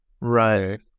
Right